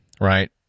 right